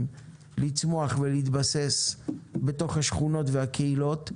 לצמוח ולהתבסס בתוך השכונות והקהילות,